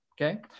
Okay